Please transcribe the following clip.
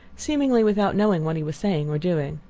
seemingly without knowing what he was saying or doing.